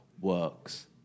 works